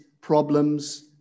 problems